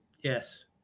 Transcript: yes